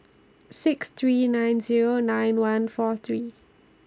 six three nine Zero nine one four three